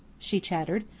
she chattered.